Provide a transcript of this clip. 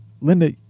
Linda